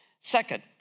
Second